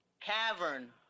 Cavern